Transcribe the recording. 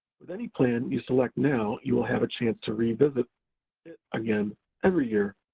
with any plan you select now, you will have a chance to revisit it again every year.